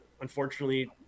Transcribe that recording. unfortunately